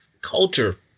culture –